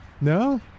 No